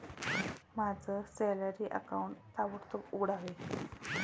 माझं salary account ताबडतोब उघडावे